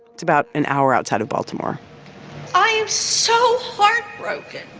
it's about an hour outside of baltimore i am so heartbroken.